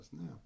now